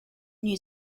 new